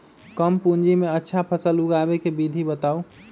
कम पूंजी में अच्छा फसल उगाबे के विधि बताउ?